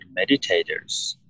meditators